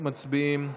מצביעים.